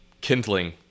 kindling